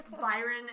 Byron